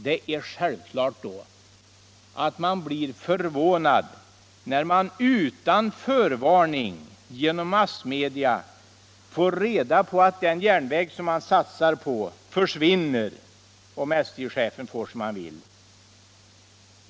Det är självklart att man blir förvånad när man utan förvarning genom massmedia får reda på att den järnväg som man satsar på försvinner, om SJ-chefen får som han vill.